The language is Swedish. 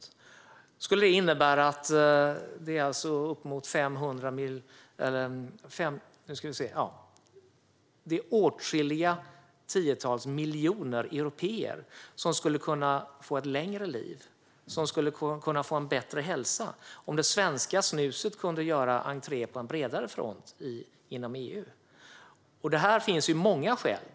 Det skulle innebära att åtskilliga tiotals miljoner européer skulle kunna få ett längre liv och en bättre hälsa om det svenska snuset kunde göra entré på en bredare front inom EU. Det finns många skäl till detta.